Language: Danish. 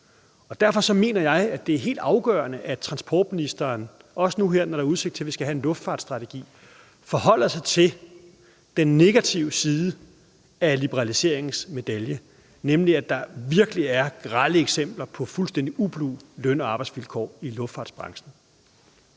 Derfor mener jeg, det er helt afgørende, at transportministeren – også nu her, hvor der er udsigt til, at vi skal have en luftfartsstrategi – forholder sig til bagsiden af liberaliseringens medalje, nemlig at der virkelig er grelle eksempler på fuldstændig ublu løn- og arbejdsvilkår i luftfartsbranchen.